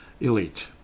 elite